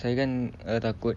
saya kan uh takut